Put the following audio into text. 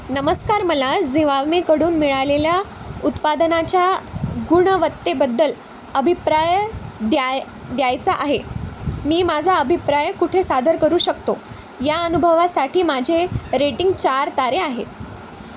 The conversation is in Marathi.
नमस्कार मला जिवामेकडून मिळालेल्या उत्पादनाच्या गुणवत्तेबद्दल अभिप्राय द्याय द्यायचा आहे मी माझा अभिप्राय कुठे सादर करू शकतो या अनुभवासाठी माझे रेटिंग चार तारे आहेत